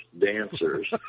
dancers